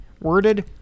worded